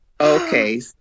okay